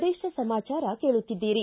ಪ್ರದೇಶ ಸಮಾಚಾರ ಕೇಳುತ್ತಿದ್ದೀರಿ